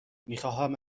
میخواهم